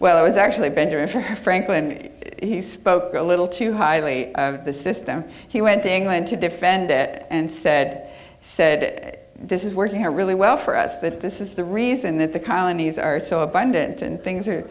well it was actually benjamin franklin he spoke a little too highly of the system he went to england to defend it and said said that this is working really well for us that this is the reason that the colonies are so abundant and things are